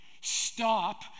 stop